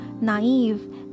naive